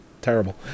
terrible